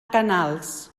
canals